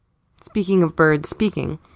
speaking of birds speaking,